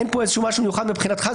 אין פה משהו מיוחד מבחינתך?